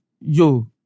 yo